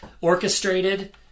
orchestrated